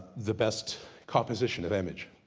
the best composition of image.